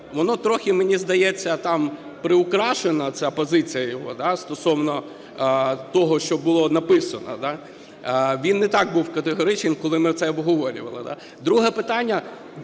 воно трохи, мені здається, приукрашена ця позиція його стосовно того, що було написано. Він не так був категоричен, коли ми це обговорювали. Друге питання.